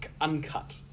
uncut